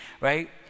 right